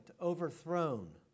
overthrown